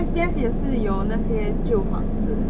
S_B_F 也是有那些旧房子